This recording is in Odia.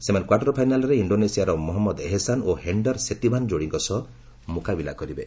ସେମାନେ କ୍ୱାର୍ଟର ଫାଇନାଲ୍ରେ ଇଣ୍ଡୋନେସିଆର ମହମଦ ଏହ୍ଶାନ ଓ ହେଣ୍ଡ୍ର ସେତିଭାନ୍ ଯୋଡ଼ିଙ୍କ ସହ ମୁକାବିଲା କରିବେ